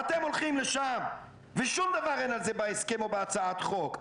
ואתם הולכים לשם ואין על זה שום דבר בהסכם או בהצעת החוק.